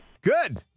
Good